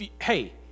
hey